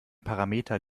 parameter